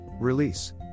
Release